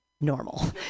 normal